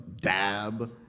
DAB